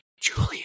Julia